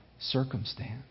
circumstance